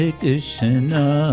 Krishna